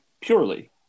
purely